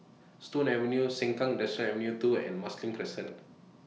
Stone Avenue Sengkang Industrial Avenue two and Marsiling Crescent